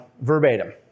verbatim